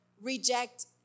reject